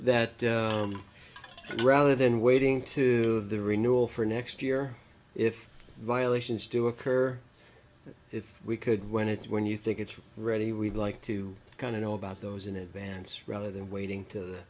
that rather than waiting to have the renewal for next year if violations do occur if we could when it's when you think it's ready we'd like to kind of know about those in advance rather than waiting to